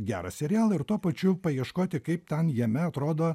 gerą serialą ir tuo pačiu paieškoti kaip ten jame atrodo